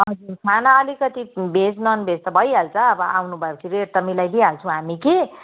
हजुर खाना अलिकति भेज ननभेज त भइहाल्छ अब आउनुभयो पछि रेट त मिलाई दिइहाल्छौँ हामी कि